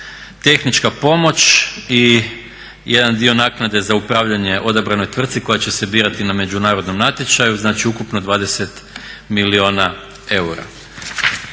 tehnička pomoć i jedan dio naknade za upravljanje odabranoj tvrtci koja će se birati na međunarodnom natječaju, znači ukupno 20 milijuna eura.